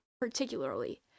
particularly